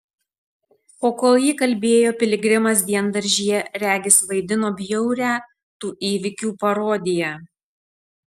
o kol ji kalbėjo piligrimas diendaržyje regis vaidino bjaurią tų įvykių parodiją